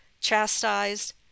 chastised